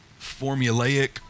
formulaic